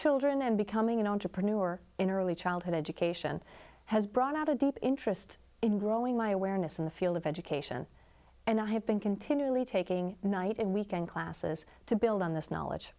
children and becoming an entrepreneur in early childhood education has brought out a deep interest in growing my awareness in the field of education and i have been continually taking night and weekend classes to build on this knowledge